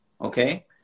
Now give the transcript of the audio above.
okay